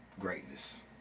greatness